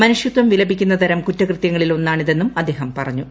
മനുഷ്യത്വം വിലപിക്കുന്ന തരം കുറ്റകൃതൃങ്ങളിൽ ഒന്നാണിതെന്നും അദ്ദേഹം പറഞ്ഞു